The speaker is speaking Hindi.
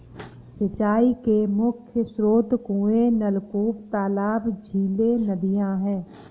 सिंचाई के मुख्य स्रोत कुएँ, नलकूप, तालाब, झीलें, नदियाँ हैं